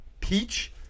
Peach